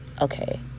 okay